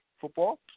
football